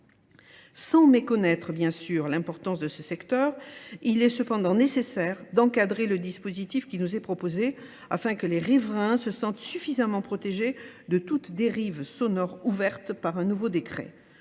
Sans méconnaître bien sûr l'importance de ce secteur, il est cependant nécessaire d'encadrer le dispositif qui nous est proposé afin que les rêverains se sentent suffisamment protégés de toute dérive sonore ouverte par un nouveau décret.